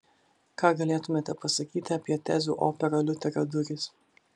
ką galėtumėte pasakyti apie tezių operą liuterio durys